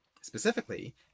Specifically